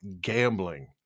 gambling